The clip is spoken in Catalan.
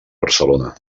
barcelona